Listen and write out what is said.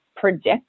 predict